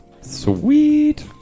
Sweet